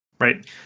right